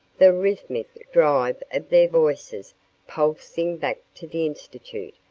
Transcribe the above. the rhythmic drive of their voices pulsing back to the institute,